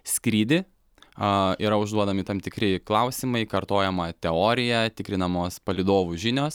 skrydį a yra užduodami tam tikri klausimai kartojama teorija tikrinamos palydovų žinios